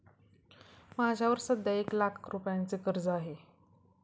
माझ्यावर सध्या एक लाख रुपयांचे कर्ज आहे